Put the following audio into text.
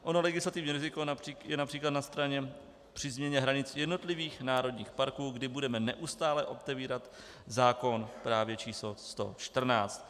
Ono legislativní riziko je například na straně při změně hranic jednotlivých národních parků, kdy budeme neustále otevírat zákon právě číslo 114.